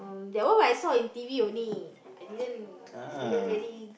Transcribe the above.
that one when I saw in T_V only I didn't I didn't really